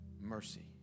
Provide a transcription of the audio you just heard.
mercy